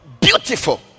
Beautiful